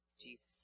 Jesus